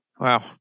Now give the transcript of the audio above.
wow